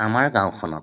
আমাৰ গাঁওখনত